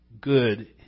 good